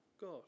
God